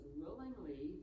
willingly